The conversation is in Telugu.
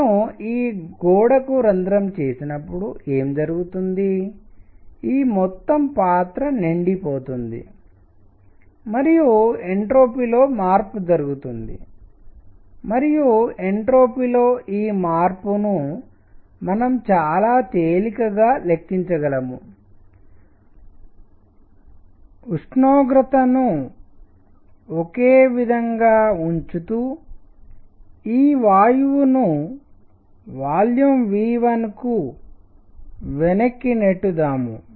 నేను ఈ గోడకు రంధ్రం చేసినప్పుడు ఏమి జరుగుతుంది ఈ మొత్తం పాత్ర నిండిపోతుంది మరియు ఎంట్రోపీ లో మార్పు జరుగుతుంది మరియు ఎంట్రోపీ లో ఈ మార్పును మనం చాలా తేలికగా లెక్కించగలము ఉష్ణోగ్రతను ఒకే విధంగా ఉంచుతా ఈ వాయువును వాల్యూమ్ V1 కు వెనక్కి నెట్టుతాం